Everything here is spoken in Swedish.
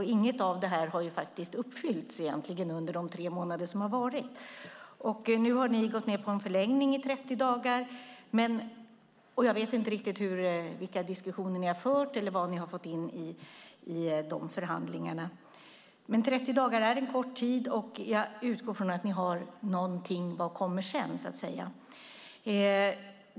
Inget av det har egentligen uppfyllts under de tre månader som har gått. Nu har ni gått med på en förlängning med 30 dagar, och jag vet inte riktigt vilka diskussioner ni har fört eller vad ni har fått in i de förhandlingarna. Men 30 dagar är en kort tid, och jag utgår från att ni har någonting mer. Vad kommer sedan?